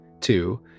Two